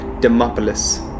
Demopolis